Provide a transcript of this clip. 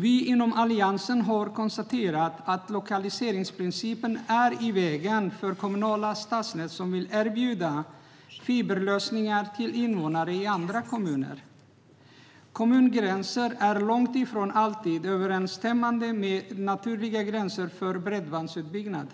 Vi inom Alliansen har konstaterat att lokaliseringsprincipen är i vägen för kommunala stadsnät som vill erbjuda fiberlösningar till invånare i andra kommuner. Kommungränser är långt ifrån alltid överensstämmande med naturliga gränser för bredbandsutbyggnad.